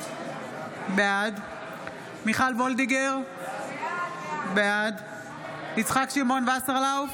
בעד מיכל מרים וולדיגר, בעד יצחק שמעון וסרלאוף,